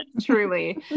Truly